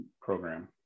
program